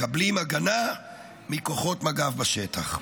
מקבלים הגנה מכוחות מג"ב בשטח.